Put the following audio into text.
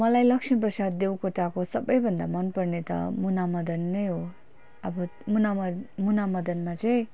मलाई लक्ष्मीप्रसाद देवकोटाको सबैभन्दा मन पर्ने त मुना मदन नै हो अब मुना मद मुना मदनमा चाहिँ